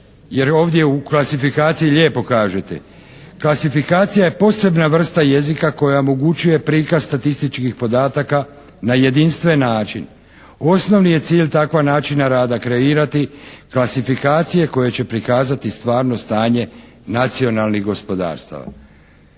jer ovdje u klasifikaciji lijepo kažete. Klasifikacija je posebna vrsta jezika koja omogućuje prikaz statističkih podataka na jedinstven način. Osnovi je cilj takva načina rada kreirati klasifikacije koje će prikazati stvarno stanje nacionalnih gospodarstava.